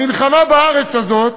המלחמה בארץ הזאת